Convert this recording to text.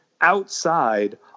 outside